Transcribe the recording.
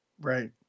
Right